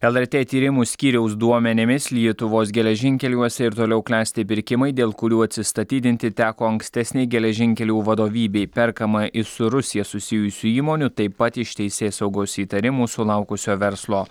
lrt tyrimų skyriaus duomenimis lietuvos geležinkeliuose ir toliau klesti pirkimai dėl kurių atsistatydinti teko ankstesnei geležinkelių vadovybei perkama iš su rusija susijusių įmonių taip pat iš teisėsaugos įtarimų sulaukusio verslo